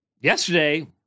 yesterday